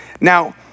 Now